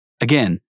Again